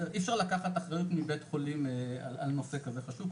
אי אפשר לקחת אחריות מבית חולים על נושא כזה חשוב,